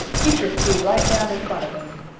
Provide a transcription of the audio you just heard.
teacher flew right down in front of him.